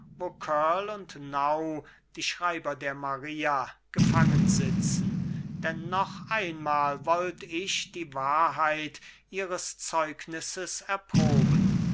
die schreiber der maria gefangen sitzten denn noch einmal wollt ich die wahrheit ihres zeugnisses erproben